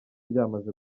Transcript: ryamaze